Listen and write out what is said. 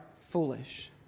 foolish